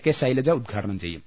K Shailaja ഉദ്ഘാടനം ചെയ്യും